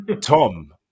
Tom